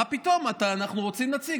מה פתאום, אנחנו רוצים נציג.